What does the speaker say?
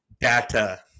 data